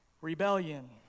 Rebellion